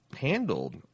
handled